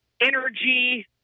energy